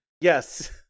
Yes